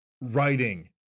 writing